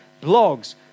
Blogs